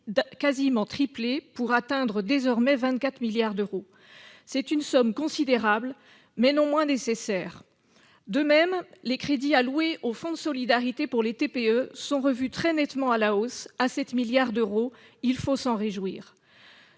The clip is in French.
quasiment tripler, pour atteindre désormais 24 milliards d'euros. C'est une somme considérable, mais non moins nécessaire. De même, les crédits alloués au fonds de solidarité pour les TPE sont revus très nettement à la hausse, à 7 milliards d'euros. Il faut s'en réjouir.